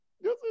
Yes